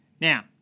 Now